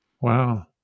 Wow